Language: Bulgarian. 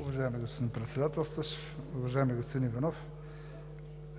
Уважаеми господин Председателстващ! Уважаеми господин Иванов,